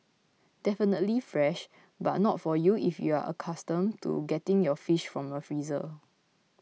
definitely fresh but not for you if you're accustomed to getting your fish from a freezer